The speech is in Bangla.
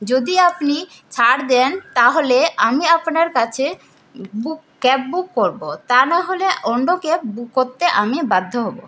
যদি আপনি ছাড় দেন তাহলে আমি আপনার কাছে বুক ক্যাব বুক করবো তা নাহলে অন্য ক্যাব বুক করতে আমি বাধ্য হব